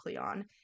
on